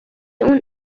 اون